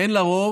אין לה רוב,